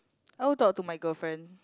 I will talk to my girlfriend